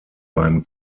beim